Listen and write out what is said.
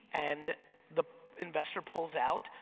and the investor pulls out,